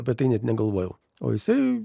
apie tai net negalvojau o jisai